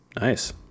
nice